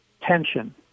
tension